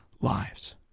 lives